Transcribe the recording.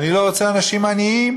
אני לא רוצה אנשים עניים,